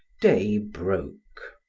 day broke.